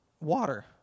water